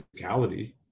physicality